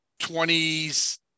20s